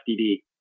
fdd